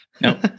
No